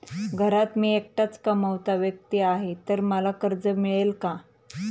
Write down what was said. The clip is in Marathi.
घरात मी एकटाच कमावता व्यक्ती आहे तर मला कर्ज मिळेल का?